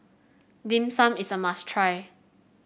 Dim Sum is a must try